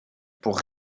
pour